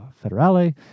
Federale